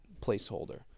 placeholder